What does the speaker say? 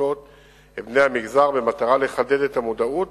המשרתות את בני המגזר, במטרה לחדד את המודעות